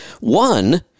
One